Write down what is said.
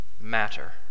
matter